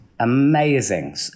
Amazing